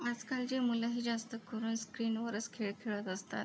आजकालचे मुलं ही जास्त करून स्क्रीनवरच खेळ खेळत असतात